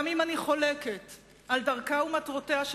גם אם אני חולקת על דרכה ומטרותיה של